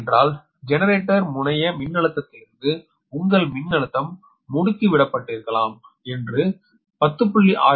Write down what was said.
ஏனென்றால் ஜெனரேட்டர் முனைய மின்னழுத்தத்திலிருந்து உங்கள் மின்னழுத்தம் முடுக்கிவிடப்பட்டிருக்கலாம் என்று 10